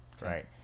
right